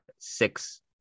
six